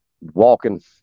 walking